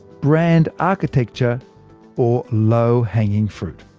brand architecture or low-hanging fruit.